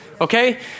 Okay